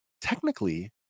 technically